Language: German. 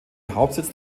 hauptsitz